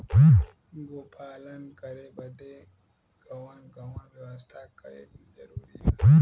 गोपालन करे बदे कवन कवन व्यवस्था कइल जरूरी ह?